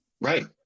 Right